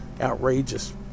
outrageous